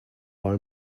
our